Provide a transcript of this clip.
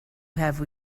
have